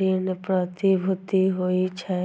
ऋण प्रतिभूति होइ छै